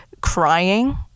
crying